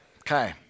Okay